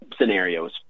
scenarios